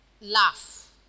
laugh